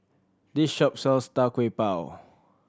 this shop sells Tau Kwa Pau